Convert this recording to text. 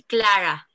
Clara